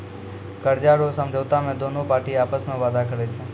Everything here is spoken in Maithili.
कर्जा रो समझौता मे दोनु पार्टी आपस मे वादा करै छै